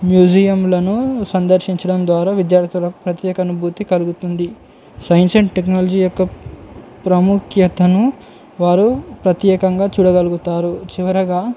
మ్యూజియంలను సందర్శించడం ద్వారా విద్యార్థులకు ప్రత్యేక అనుభూతి కలుగుతుంది సైన్స్ అండ్ టెక్నాలజీ యొక్క ప్రాముఖ్యతను వారు ప్రత్యేకంగా చూడగలుగుతారు చివరిగా